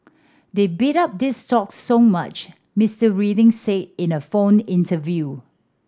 they bid up these stocks so much Mister Reading said in a phone interview